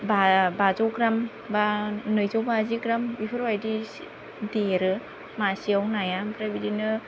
बाजौ ग्राम बा नैजौ बाजि ग्राम बेफोरबायदि देरो मासेयाव नाया ओमफ्राय बिदिनो